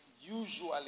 usually